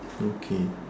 okay